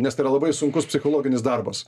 nes tai yra labai sunkus psichologinis darbas